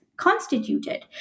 constituted